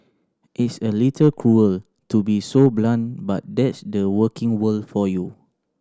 it's a little cruel to be so blunt but that's the working world for you